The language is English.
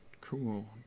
Cool